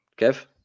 Kev